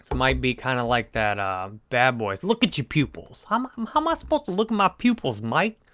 so might be kind of like that bad boys. look at your pupils! how um um how am i supposed to look at my pupils, mike?